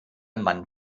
mann